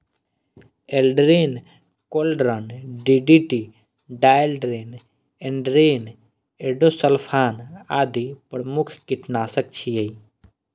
Aldrin, chlordane, DDT, dieldrin, endrin, endosulfan आदि प्रमुख कीटनाशक छियै